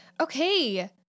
Okay